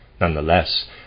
Nonetheless